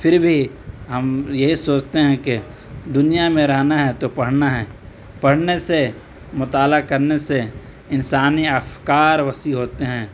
پھر بھی ہم یہی سوچتے ہیں کہ دنیا میں رہنا ہے تو پڑھنا ہے پڑھنے سے مطالعہ کرنے سے انسانی افکار وسیع ہوتے ہیں